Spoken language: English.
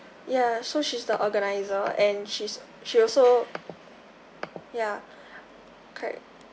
ya so she's the organiser and she's she also ya correct